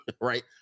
right